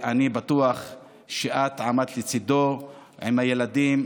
אני בטוח שאת עמדת לצידו עם הילדים,